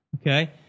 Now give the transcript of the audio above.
okay